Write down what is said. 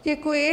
Děkuji.